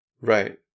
Right